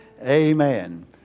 Amen